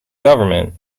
government